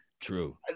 True